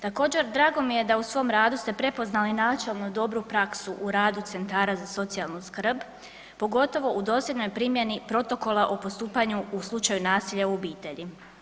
Također drago mi je da u svom radu ste prepoznali načelno dobru praksu u radu centara za socijalnu skrb, pogotovo u dosljednoj primjeni protokola o postupanju u slučaju nasilja u obitelji.